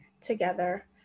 together